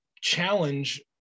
challenge